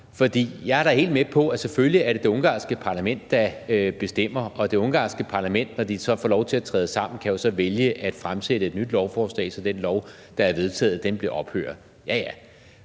Jeg er da helt med på, at det selvfølgelig er det ungarske parlament, der bestemmer, og det ungarske parlament, når de så får lov til at træde sammen, kan jo så vælge at fremsætte et nyt lovforslag, så den lov, der er vedtaget, bliver ophævet.